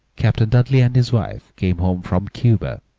captain dudley and his wife came home from cuba,